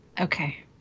Okay